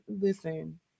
listen